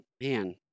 Man